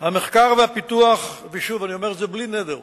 המחקר והפיתוח, ושוב, בלי נדר,